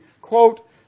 Quote